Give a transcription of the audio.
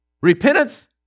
Repentance